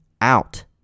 out